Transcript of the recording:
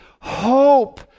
Hope